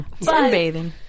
Sunbathing